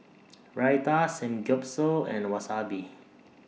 Raita Samgeyopsal and Wasabi